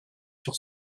sur